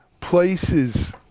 places